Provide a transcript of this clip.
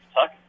Tuck